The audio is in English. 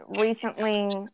recently